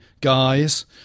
guys